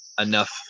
enough